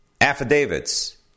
affidavits